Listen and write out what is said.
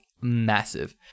massive